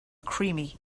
creamy